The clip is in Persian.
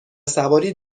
سواری